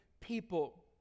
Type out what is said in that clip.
people